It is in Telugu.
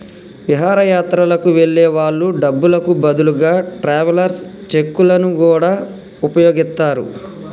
విహారయాత్రలకు వెళ్ళే వాళ్ళు డబ్బులకు బదులుగా ట్రావెలర్స్ చెక్కులను గూడా వుపయోగిత్తరు